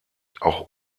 auch